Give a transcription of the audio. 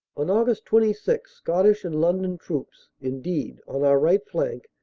on aug. twenty six scottish and london troops, indeed, on our right flank,